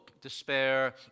despair